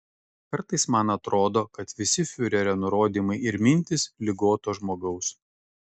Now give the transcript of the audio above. kartais man atrodo kad visi fiurerio nurodymai ir mintys ligoto žmogaus